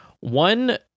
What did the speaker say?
One